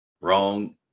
Wrong